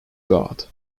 god